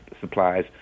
supplies